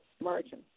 margin